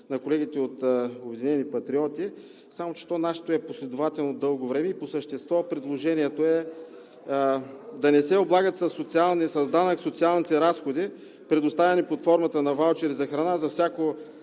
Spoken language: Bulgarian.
на колегите от „Обединени патриоти“, само че нашето е последователно, дълго време. По същество предложението е да не се облагат с данък социалните разходи, предоставени под формата на ваучери за храна, за всяко